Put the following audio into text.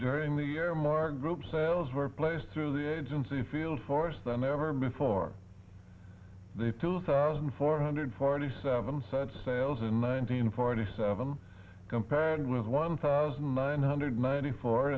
during the year margaret sales were placed through the agency field force than ever before the two thousand four hundred forty seven set sales in nineteen forty seven compared with one thousand nine hundred ninety four